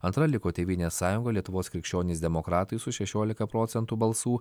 antra liko tėvynės sąjunga lietuvos krikščionys demokratai su šešiolika procentų balsų